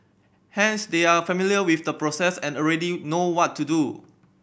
hence they are familiar with the process and already know what to do